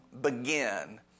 begin